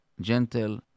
gentle